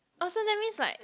oh so that means like